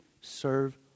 Serve